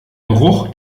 geruch